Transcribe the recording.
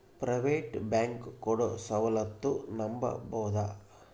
Private bank ಕೊಡೊ ಸೌಲತ್ತು ನಂಬಬೋದ?